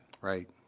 Right